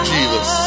Jesus